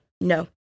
No